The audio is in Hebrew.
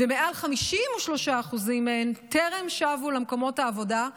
ומעל 53% מהן טרם שבו למקומות העבודה,